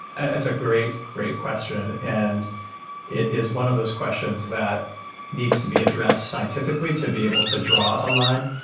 ah that's a great, great question, and it is one of those questions that needs to be addressed scientifically to be able to draw a line.